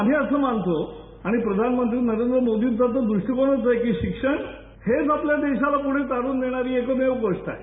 आम्ही असं मानतो आणि प्रधानमंत्री नरेंद्र मोदींचा तो दृष्टीकोनच आहे की शिक्षण हेच आपल्या देशाला पुढे तारुन नेणारी एकमेव गोष्ट आहे